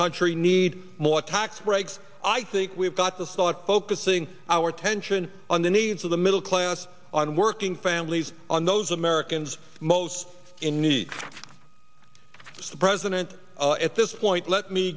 country need more tax breaks i think we've got the sot focusing our attention on the needs of the middle class on working families on those americans most in need the president at this point let me